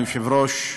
אדוני היושב-ראש,